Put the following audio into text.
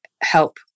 help